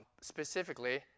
specifically